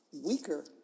weaker